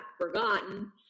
forgotten